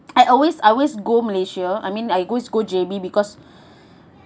I always I always go malaysia I mean I always go J_B because